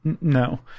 no